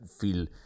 feel